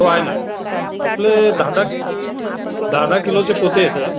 हो आहे ना आहे ना आपले दहा दहा दहा दहा किलोचे पोते येतात